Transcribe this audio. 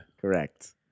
Correct